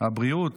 הבריאות